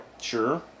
Sure